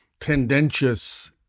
tendentious